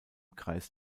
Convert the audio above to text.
kreis